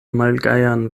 malgajan